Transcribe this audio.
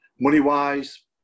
Money-wise